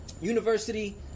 university